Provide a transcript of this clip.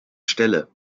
stelle